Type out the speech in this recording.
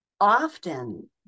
often